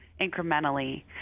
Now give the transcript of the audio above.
incrementally